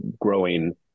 growing